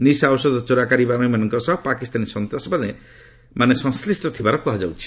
ନିଶା ଔଷଧ ଚୋରା କାରବାରୀମାନଙ୍କ ସହ ପାକିସ୍ତାନୀ ସନ୍ତାସବାଦୀମାନେ ସଂଶ୍ଳିଷ୍ଟ ଥିବାର କୁହାଯାଉଛି